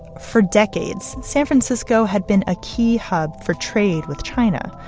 for decades, san francisco had been a key hub for trade with china.